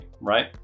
right